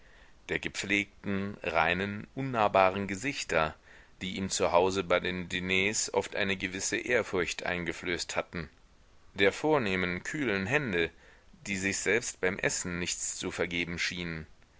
der gepflegten reinen unnahbaren gesichter die ihm zu hause bei den diners oft eine gewisse ehrfurcht eingeflößt hatten der vornehmen kühlen hände die sich selbst beim essen nichts zu vergeben schienen